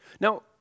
Now